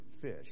fish